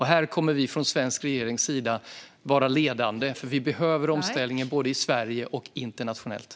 Här kommer vi från svensk regerings sida att vara ledande, för vi behöver omställningen både i Sverige och internationellt.